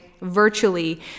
Virtually